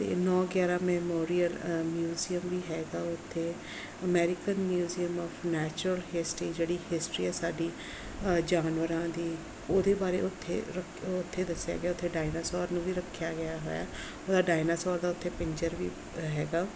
ਅਤੇ ਨੌ ਗਿਆਰਾਂ ਮੈਮੋਰੀਅਲ ਮਿਊਜ਼ੀਅਮ ਵੀ ਹੈਗਾ ਉੱਥੇ American museum of natural history ਜਿਹੜੀ ਹਿਸਟਰੀ ਹੈ ਸਾਡੀ ਜਾਨਵਰਾਂ ਦੀ ਉਹਦੇ ਬਾਰੇ ਉੱਥੇ ਰ ਉੱਥੇ ਦੱਸਿਆ ਗਿਆ ਉੱਥੇ ਡਾਇਨਾਸੌਰ ਨੂੰ ਵੀ ਰੱਖਿਆ ਗਿਆ ਹੈ ਉਹਦਾ ਡਾਇਨਾਸੌਰ ਦਾ ਉੱਥੇ ਪਿੰਜਰ ਵੀ ਹੈਗਾ